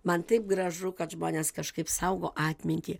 man taip gražu kad žmonės kažkaip saugo atmintį